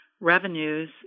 revenues